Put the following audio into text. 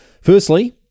Firstly